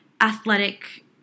athletic